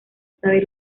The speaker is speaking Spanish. sabe